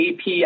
AP